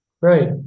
Right